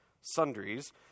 sundries